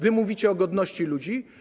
Wy mówicie o godności ludzi?